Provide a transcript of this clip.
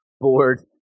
bored